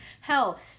Hell